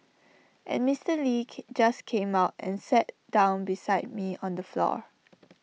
and Mister lee just came and sat down beside me on the floor